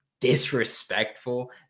disrespectful